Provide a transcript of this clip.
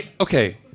Okay